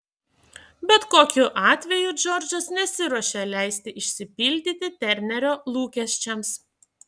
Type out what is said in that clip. bet kokiu atveju džordžas nesiruošė leisti išsipildyti ternerio lūkesčiams